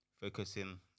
Focusing